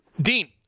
Dean